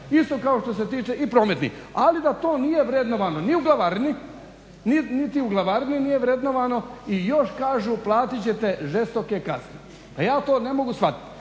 Isto tako se tiče i prometni, ali da to nije vrednovano ni u glavarini i još kažu platit ćete žestoke kazne. Pa ja to ne mogu shvatiti.